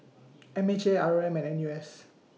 M H A R O M and N U S